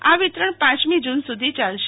આ વિતરણ પાંચમી જૂન સુધી ચાલશે